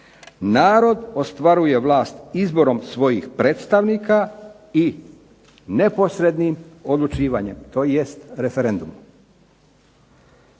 Narod ostvaruje vlast izborom svojih predstavnika i neposrednim odlučivanjem, tj. referendumom.